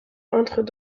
entrent